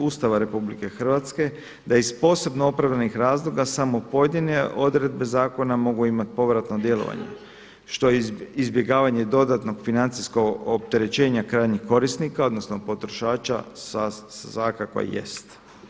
Ustava Republike Hrvatske da iz posebno opravdanih razloga samo pojedine odredbe zakona mogu imati povratno djelovanje, što je izbjegavanje dodatnog financijskog opterećenja krajnjih korisnika odnosno potrošača svakako jest.